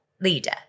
leader